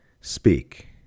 Speak